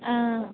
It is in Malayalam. ആ